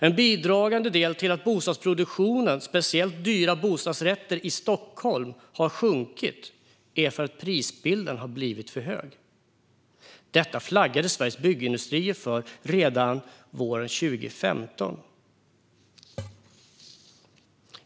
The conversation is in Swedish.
En bidragande del till att bostadsproduktionen har sjunkit, speciellt av dyra bostadsrätter i Stockholm, är att prisbilden blivit för hög. Detta flaggade Sveriges Byggindustrier för redan våren 2015.